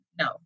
No